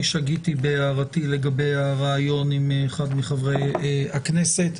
שגיתי בהערתי לגבי הראיון עם אחד מחברי הכנסת.